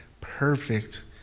perfect